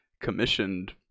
commissioned